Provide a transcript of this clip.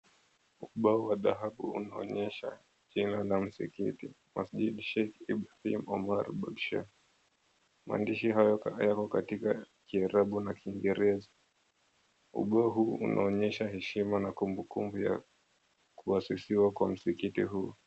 Ubao wa dhahabu unaonyesha jina la msikiti, Masjid Sheikh Ibrahim Omar Bagsher. Maandishi hayo yako katika kiarabu na kingereza. Ubao huu unaonyesha heshima na kumbukumbu ya kuasisiwa kwa msikiti huu.